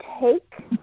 take